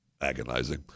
agonizing